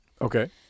Okay